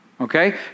okay